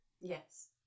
Yes